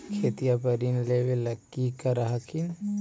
खेतिया पर ऋण लेबे ला की कर हखिन?